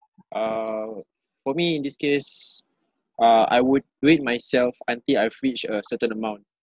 uh for me in this case uh I would do it myself until I've reached a certain amount